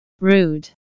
Rude